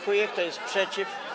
Kto jest przeciw?